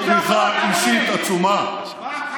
עם תמיכה אישית עצומה.